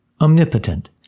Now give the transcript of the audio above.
omnipotent